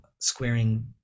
squaring